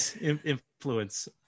influence